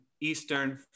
Eastern